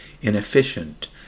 inefficient